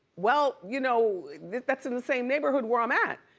well, you know that's in the same neighborhood where i'm at.